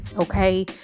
Okay